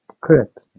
Correct